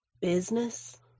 Business